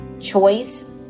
choice